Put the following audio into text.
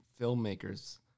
filmmakers